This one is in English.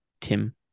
Tim